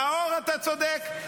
נאור, אתה צודק.